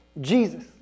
Jesus